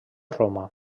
roma